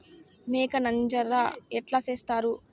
మేక నంజర ఎట్లా సేస్తారు?